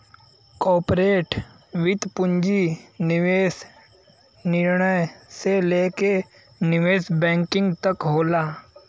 corporate वित्त पूंजी निवेश निर्णय से लेके निवेश बैंकिंग तक होला